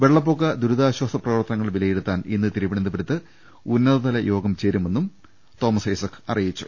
വെള്ളപ്പൊക്ക ദുരിതാശ്വാസ പ്രവർത്തനങ്ങൾ വിലയിരു ത്താൻ ഇന്ന് തിരുവനന്തപുരത്ത് ഉന്നതതല യോഗം ചേരുമെന്നും മന്ത്രി അറി യിച്ചു